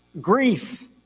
grief